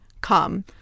come